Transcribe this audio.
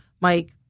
Mike